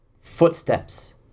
footsteps